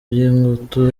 by’ingutu